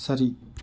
சரி